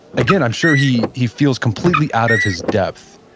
again, i'm sure he he feels completely out of his depth.